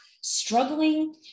struggling